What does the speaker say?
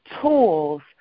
tools